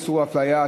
איסור הפליה),